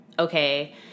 okay